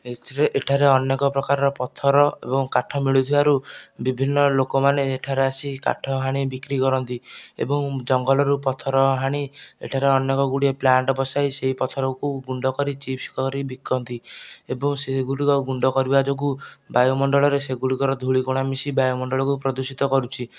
ଏଥିରେ ଏଠାରେ ଅନେକ ପ୍ରକାର ପଥର ଏବଂ କାଠ ମିଳୁଥିବାରୁ ବିଭିନ୍ନ ଲୋକମାନେ ଏଠାରେ ଆସି କାଠ ହାଣି ବିକ୍ରି କରନ୍ତି ଏବଂ ଜଙ୍ଗଲରୁ ପଥର ହାଣି ଏଠାରେ ଅନେକ ଗୁଡ଼ିଏ ପ୍ଳାଣ୍ଟ ବସାଇ ସେଇ ପଥର କୁ ଗୁଣ୍ଡ କରି ଚିପ୍ସ କରି ବିକନ୍ତି ଏବଂ ସେଗୁଡ଼ିକ ଗୁଣ୍ଡ କରିବା ଯୋଗୁଁ ବାୟୁମଣ୍ଡଳ ରେ ସେଗୁଡ଼ିକ ଙ୍କ ଧୂଳିକଣା ମିଶି ବାୟୁମଣ୍ଡଳ କୁ ପ୍ରଦୂଷିତ କରୁଛି